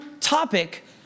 topic